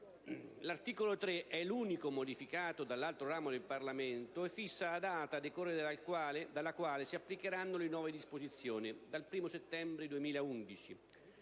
L'articolo 3 (l'unico modificato dall'altro ramo del Parlamento) fissa la data a decorrere dalla quale si applicheranno le nuove disposizioni: dal 1° settembre 2011.